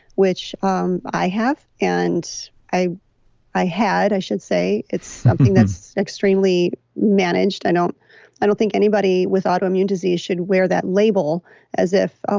which um i have. and i i had i should say. it's something that's extremely managed. i don't i don't think anybody with autoimmune disease should wear that label as if, oh,